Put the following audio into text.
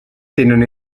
tenen